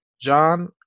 John